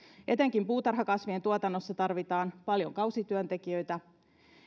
etenkin puutarhakasvien tuotannossa tarvitaan paljon kausityöntekijöitä